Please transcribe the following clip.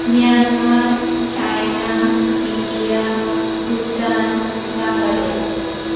Myanmar China India Bhutan Bangladesh